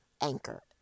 Anchor